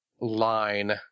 line